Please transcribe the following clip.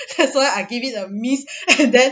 that's why I give it a miss and then